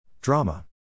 Drama